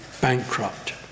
bankrupt